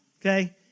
okay